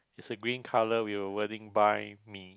it's a green colour with a wording buy me